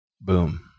Boom